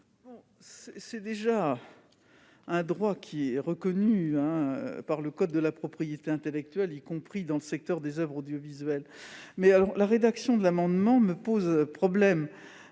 Ce droit est déjà reconnu par le code de la propriété intellectuelle, y compris dans le secteur des oeuvres audiovisuelles. Au reste, la rédaction de l'amendement me pose problème,